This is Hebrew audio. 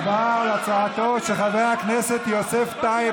60 בעד, נגד, 49. ההצעה אושרה.